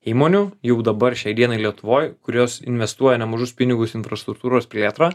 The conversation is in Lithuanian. įmonių jau dabar šiai dienai lietuvoj kurios investuoja nemažus pinigus į infrastruktūros plėtrą